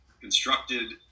constructed